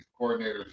coordinators